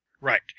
Right